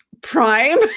prime